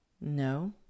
No